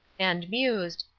and mused,